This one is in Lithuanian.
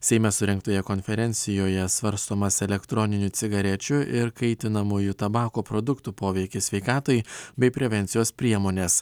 seime surengtoje konferencijoje svarstomas elektroninių cigarečių ir kaitinamųjų tabako produktų poveikis sveikatai bei prevencijos priemones